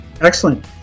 Excellent